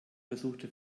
versuchte